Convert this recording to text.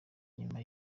nyuma